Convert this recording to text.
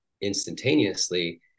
instantaneously